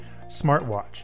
smartwatch